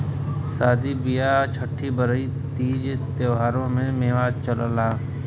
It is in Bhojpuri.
सादी बिआह छट्ठी बरही तीज त्योहारों में मेवा चलला